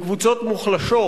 לקבוצות מוחלשות,